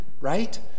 right